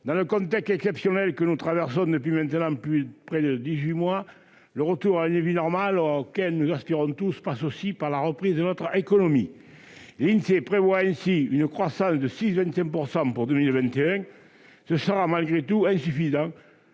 dans le contexte exceptionnel que nous traversons depuis maintenant près de dix-huit mois, le retour à une vie normale auquel nous aspirons tous passe aussi par la reprise de notre économie. L'Insee prévoit ainsi une croissance de 6,25 % pour 2021, ce qui sera malgré tout insuffisant